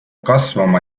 kasvama